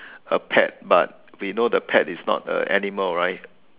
a pet but we know the pet is not a animal right